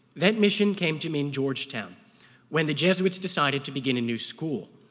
that mission came to mean georgetown when the jesuits decided to begin a new school.